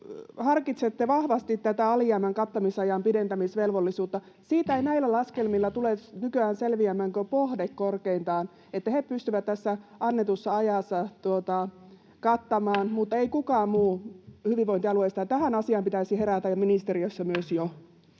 harkitsette vahvasti tätä alijäämän kattamisajan pidentämisvelvollisuutta. Siitä ei näillä laskelmilla tule nykyään selviämään kuin Pohde korkeintaan. He pystyvät tässä annetussa ajassa kattamaan, mutta ei mikään muu hyvinvointialueista. Tähän asiaan pitäisi herätä myös ministeriössä jo.